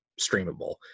streamable